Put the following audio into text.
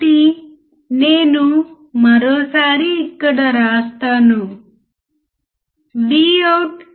మీరు మీ ఎలక్ట్రానిక్లను నిజ జీవిత అనువర్తనాలతో కనెక్ట్ చేసినప్పుడు అర్థం చేసుకోవడం చాలా సులభం అవుతుంది